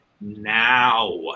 now